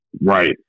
Right